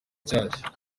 nshyashya